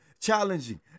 challenging